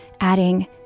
adding